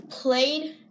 Played